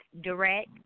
direct